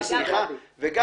שווה עם